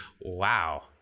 Wow